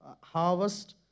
harvest